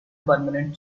permanent